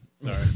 Sorry